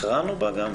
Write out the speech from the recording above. הכרענו בה גם?